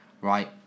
Right